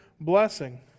blessing